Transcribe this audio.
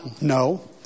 No